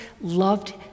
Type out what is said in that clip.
loved